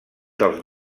dels